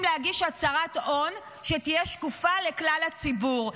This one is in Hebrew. להגיש הצהרת הון שתהיה שקופה לכלל הציבור.